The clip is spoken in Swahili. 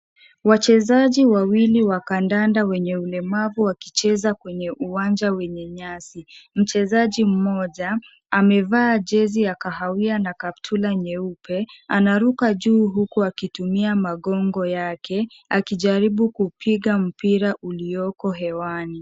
Wachezaji wawili wa kadanda wenye ulemavu wakicheza kwenye uwanja wenye nyasi. Mchezaji mmoja, amevaa jezi ya kahawia na kaptura nyeupe, anaruka juu huku akitumia magongo yake, akijaribu kupiga mpira ulioko juu hewani.